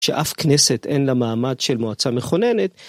שאף כנסת אין לה מעמד של מועצה מכוננת.